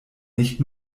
nicht